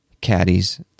caddies